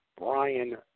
Brian